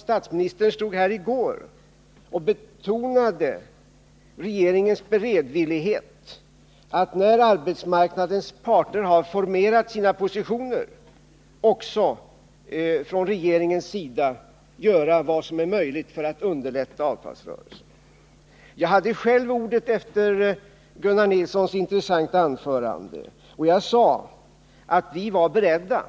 Statsministern stod här i går och betonade regeringens beredvillighet att, när arbetsmarknadens parter har formerat sina positioner, göra vad som är möjligt för att underlätta avtalsrörelsen. Jag hade själv ordet efter Gunnar Nilssons intressanta anförande, och jag sade att vi var beredda